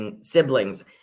siblings